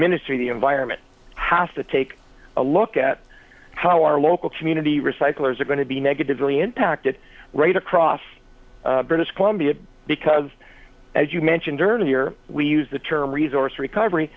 ministry of the environment has to take a look at how our local community recyclers are going to be negatively impacted right across british columbia because as you mentioned earlier we use the term resource recovery